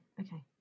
okay